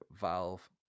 valve